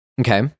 Okay